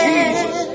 Jesus